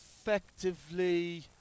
effectively